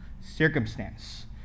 circumstance